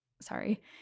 sorry